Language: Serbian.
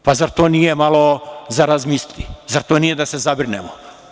Pa zar to nije malo za razmisliti, zar to nije da se zabrinemo?